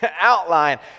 outline